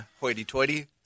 hoity-toity